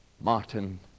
Martin